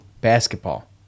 basketball